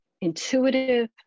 intuitive